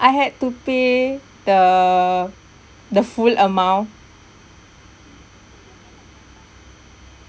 I had to pay the the full amount